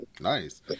Nice